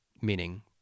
meaning